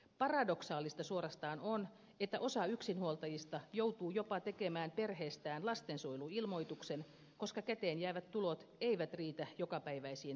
paradoksaalista suorastaan on että osa yksinhuoltajista joutuu jopa tekemään perheestään lastensuojeluilmoituksen koska käteen jäävät tulot eivät riitä jokapäiväisiin menoihin